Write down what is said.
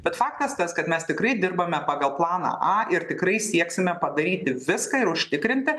bet faktas tas kad mes tikrai dirbame pagal planą ir tikrai sieksime padaryti viską ir užtikrinti